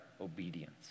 obedience